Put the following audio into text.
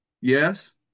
yes